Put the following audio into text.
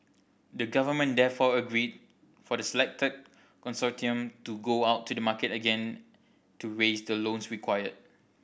the government therefore agreed for the selected consortium to go out to the market again to raise the loans required